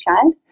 child